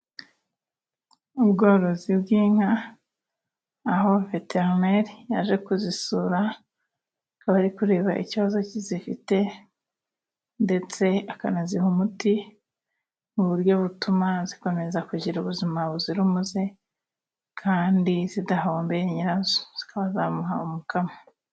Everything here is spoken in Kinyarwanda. Ubworozi bw'inka, aho veterineri yaje kuzisura akaba ari kureba ikibazo ki zifite ndetse akanaziha umuti mu buryo butuma zikomeza kugira ubuzima buzira umuze kandi zidahombeye nyirazo, zikaba zamuha umukamo.